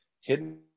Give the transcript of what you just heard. hidden